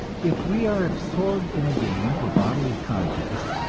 if we are absorbed in a game or bodily contest,